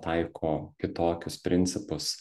taiko kitokius principus